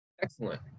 Excellent